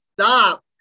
stop